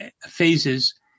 phases